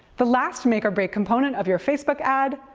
the last make-or-break component of your facebook ad?